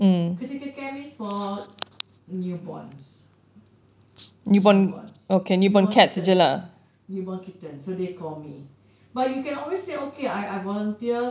critical care means for newborns newborns newborn kittens newborn kittens so they call me but you can always say okay I I volunteer